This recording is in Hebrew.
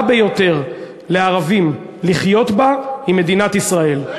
ביותר לערבים לחיות בה היא מדינת ישראל,